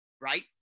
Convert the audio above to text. right